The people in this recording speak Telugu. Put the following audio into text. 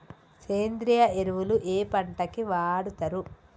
సేంద్రీయ ఎరువులు ఏ పంట కి వాడుతరు?